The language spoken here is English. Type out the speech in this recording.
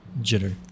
jitter